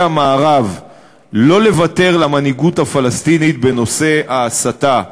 המערב לא לוותר למנהיגות הפלסטינית בנושא ההסתה,